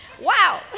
Wow